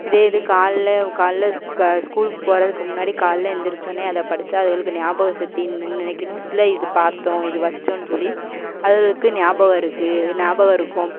இதே இது காலைல காலைல ஸ் க ஸ்கூல் போகிறதுக்கு முன்னாடி காலைல எந்திருச்சோடன்னே அதை படிச்சால் அதுங்களுக்கு ஞாபக சக்தி இன்றைக்கி நியூஸ்ல இது பார்த்தோம் இது வச்சோன்னு சொல்லி அதுங்களுக்கு ஞாபகம் இருக்குது ஞாபகம் இருக்கும்